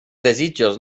desitjos